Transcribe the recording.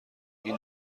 این